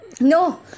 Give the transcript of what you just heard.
No